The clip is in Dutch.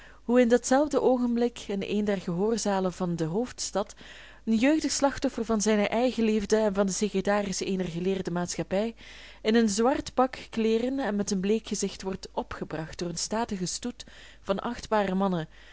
hoe in dat zelfde oogenblik in een der gehoorzalen van de hoofdstad een jeugdig slachtoffer van zijne eigenliefde en van den secretaris eener geleerde maatschappij in een zwart pak kleeren en met een bleek gezicht wordt opgebracht door een statigen stoet van achtbare mannen